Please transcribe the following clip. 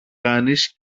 κάνεις